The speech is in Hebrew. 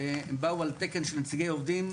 הם באו על תקן של נציגי עובדים,